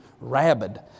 rabid